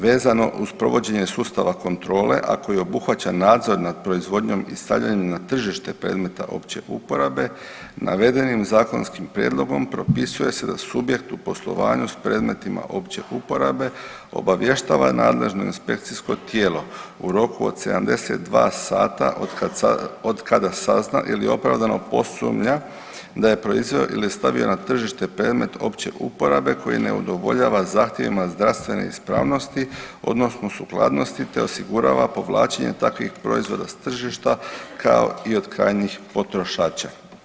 Vezano uz provođenje sustava kontrole, a koji obuhvaća nadzor nad proizvodnjom i stavljanjem na tržište predmeta opće uporabe navedenim zakonskim prijedlogom propisuje se da subjekt u poslovanju s predmetima opće uporabe obavještava nadležno inspekcijsko tijelo u roku od 72 dana otkada sazna ili opravdano posumnja da je proizveo ili je stavio na tržište predmet opće uporabe koji ne udovoljava zahtjevima zdravstvene ispravnosti odnosno sukladnosti, te osigurava povlačenje takvih proizvoda s tržišta, kao i od krajnjih potrošača.